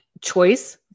choice